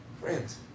Friends